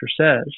says